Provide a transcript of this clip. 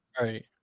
right